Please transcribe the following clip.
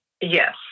Yes